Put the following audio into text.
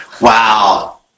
Wow